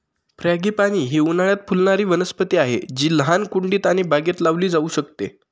frangipani ही उन्हाळयात फुलणारी वनस्पती आहे जी लहान कुंडीत आणि बागेत लावली जाऊ शकते